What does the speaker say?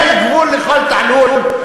יש גבול לכל תעלול.